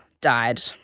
died